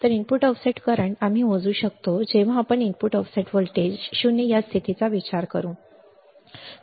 तर input offset current आम्ही मोजू शकतो जेव्हा आपण input op voltage op amp 0 आहे या स्थितीचा विचार करू